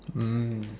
mm